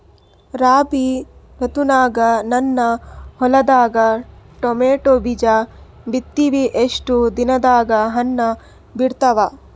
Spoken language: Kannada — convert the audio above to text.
ರಾಬಿ ಋತುನಾಗ ನನ್ನ ಹೊಲದಾಗ ಟೊಮೇಟೊ ಬೀಜ ಬಿತ್ತಿವಿ, ಎಷ್ಟು ದಿನದಾಗ ಹಣ್ಣ ಬಿಡ್ತಾವ?